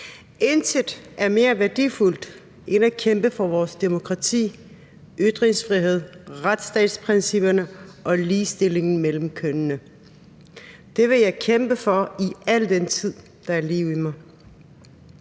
Intet er mere værdifuldt end at kæmpe for vores demokrati, ytringsfrihed, retsstatsprincipper og ligestilling mellem kønnene. Det vil jeg kæmpe for i al den tid, der er liv i mig.